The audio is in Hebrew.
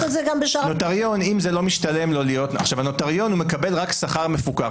הנוטריון מקבל רק שכר מפוקח,